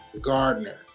Gardner